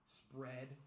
spread